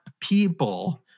people